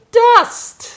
dust